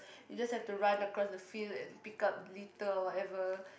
you just have to run across the field and pick up litter or whatever